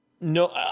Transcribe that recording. No